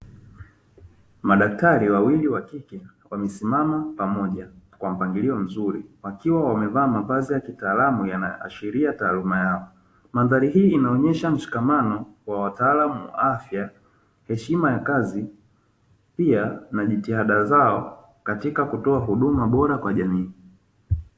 Madaktari wawili wakike wamesimama pamoja kwa mpangilio mzuri, wakiwa wamevaa mavazi ya kitaalamu yanayoashiria taaluma yao. Mandhari hii inaonyesha mshikamano wa wataalamu wa afya, heshima ya kazi pia na jitihada zao katika kutoa huduma bora kwa jamii.